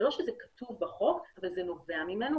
זה לא שזה כתוב בחוק אבל זה נובע ממנו,